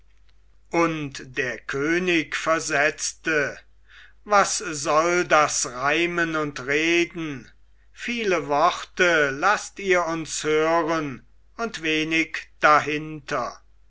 und der könig versetzte was soll das reimen und reden viele worte laßt ihr uns hören und wenig dahinter